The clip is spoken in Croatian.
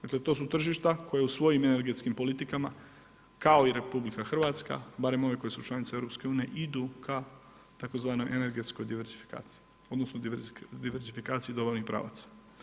Dakle, to su tržišta koja u svojim energetskim politikama kao i RH, barem ove koje su članice EU idu ka tzv. energetskoj diverzifikaciji, odnosno diverzifikaciji dobavnih pravaca.